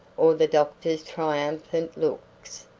or the doctor's triumphant looks.